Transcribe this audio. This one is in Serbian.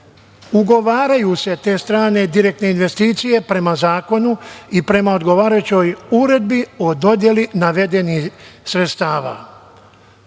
ugovaraju se te strane direktne investicije prema zakonu i prema odgovarajućoj Uredbi o dodeli navedenih